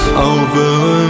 over